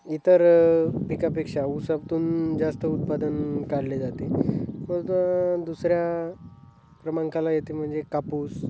इतर पिकापेक्षा उसातून जास्त उत्पादन काढले जाते मग दुसऱ्या प्रमांकाला येते म्हणजे कापूस